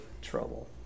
trouble